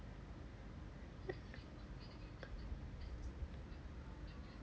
uh uh